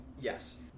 Yes